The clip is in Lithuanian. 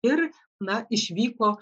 ir na išvyko